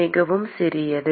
மிகவும் சிறியது